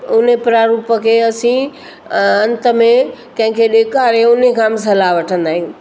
उन प्रारूप खे असीं अंत में कंहिंखे ॾेखारे अन्हीअ खां सलाह वठंदा आहियूं